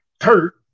hurt